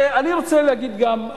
ואני רוצה להגיד גם,